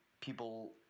people